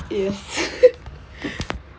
yes